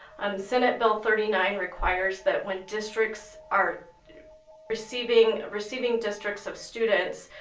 um senate bill thirty nine requires that when districts are receiving receiving districts of students,